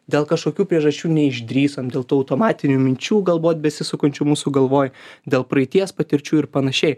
dėl kažkokių priežasčių neišdrįsom dėl tų automatinių minčių galbūt besisukančių mūsų galvoj dėl praeities patirčių ir panašiai